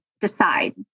decide